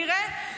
תראה,